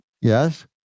Yes